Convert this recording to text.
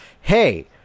Hey